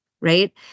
right